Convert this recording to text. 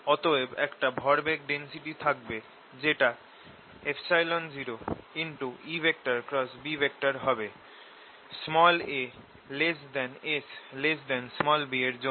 অতএব একটা ভরবেগ ডেন্সিটি থাকবে যেটা 0EB হবে a S b এর জন্য